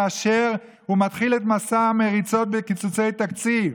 כאשר הוא מתחיל את מסע המריצות בקיצוצי התקציב